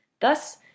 thus